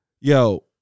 yo